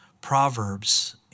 Proverbs